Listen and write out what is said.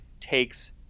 takes